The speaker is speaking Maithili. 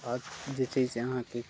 आओर जे छै से अहाँके